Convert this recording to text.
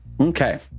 Okay